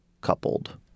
coupled